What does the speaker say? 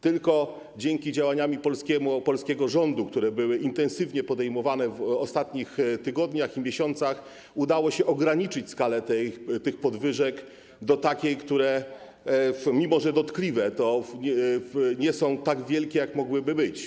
Tylko dzięki działaniom polskiego rządu, które były intensywnie podejmowane w ostatnich tygodniach, miesiącach, udało się ograniczyć skalę tych podwyżek do takiej, które mimo że dotkliwe, to nie są tak wielkie, jak mogłyby być.